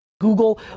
Google